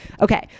Okay